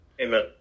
amen